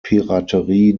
piraterie